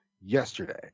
yesterday